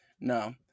No